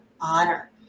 honor